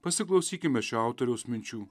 pasiklausykime šio autoriaus minčių